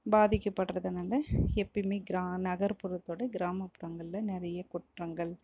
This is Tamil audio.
பாதிக்கப்படுறதுனால எப்பயுமே நகர்புறத்தோடு கிராமப்புறங்களில் நிறைய குற்றங்கள்